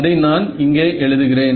அதை நான் இங்கே எழுதுகிறேன்